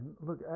look